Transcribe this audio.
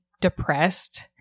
depressed